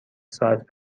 ساعت